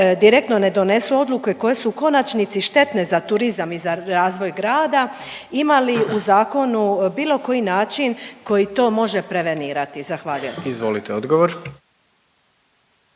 direktno ne donesu odluke koje su u konačnici štetne za turizam i za razvoj grada? Ima li u zakonu bilo koji način koji to može prevenirati? Zahvaljujem. **Jandroković,